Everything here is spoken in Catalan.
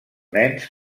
nens